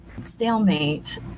stalemate